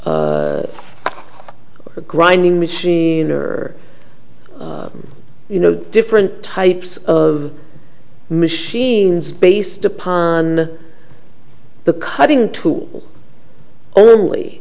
or grinding machine or you know different types of machines based upon the cutting tool only